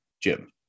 Jim